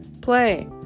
Play